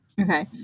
Okay